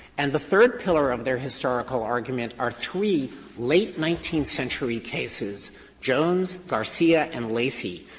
and the third pillar of their historical argument are three late nineteenth century cases jones, garcia, and lacy,